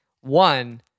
one